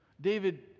David